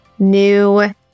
new